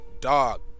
dog